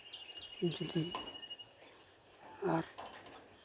ᱡᱩᱫᱤ ᱟᱨ